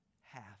Half